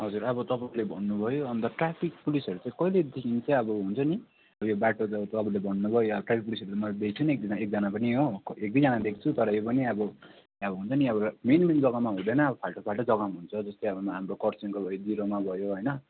हजुर अब तपाईँले भन्नु भयो अन्त ट्राफिक पुलिसहरू चाहिँ कहिलेदेखि चाहिँ अब हुन्छ नि यो बाटो चाहिँ तपाईँले भन्नुभयो अब ट्राफिक पुलिसहरूले त मलाई भेट्दैन एक एकजना पनि हो एक दुईजना देख्छु तरै पनि अब अब हुन्छ नि अब मेन मेन जग्गामा हुँदैन अब फाल्टो फाल्टो जग्गामा हुन्छ जस्तै अब हाम्रो खरसाङको भयो जिरोमा भयो होइन